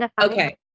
Okay